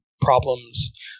problems